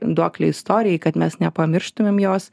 duoklė istorijai kad mes nepamirštumėm jos